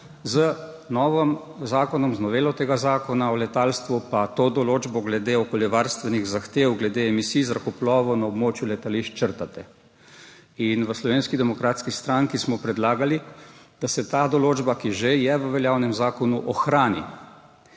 Z novim zakonom, z novelo Zakona o letalstvu pa črtate to določbo glede okoljevarstvenih zahtev glede emisij zrakoplovov na območju letališč. V Slovenski demokratski stranki smo predlagali, da se ta določba, ki je že v veljavnem zakonu, ohrani.